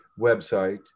website